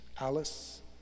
Alice